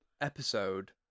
episode